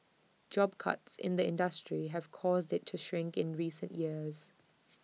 job cuts in the industry have caused IT to shrink in recent years